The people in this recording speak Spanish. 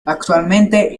actualmente